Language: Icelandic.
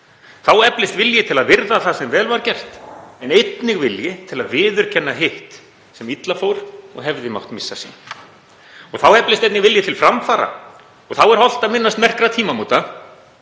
Þá eflist vilji til að virða það sem vel var gert en einnig vilji til að viðurkenna hitt sem illa fór og hefði mátt missa sín. Þá eflist einnig vilji til framfara og þá er hollt að minnast merkra tímamóta.